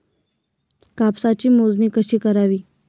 कापसाची मोजणी कशी करावी?